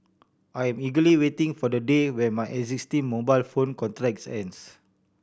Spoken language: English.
I am eagerly waiting for the day when my existing mobile phone ends